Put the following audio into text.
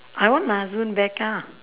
I want my husband back ah